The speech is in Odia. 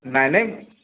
ନାହିଁ ନାହିଁ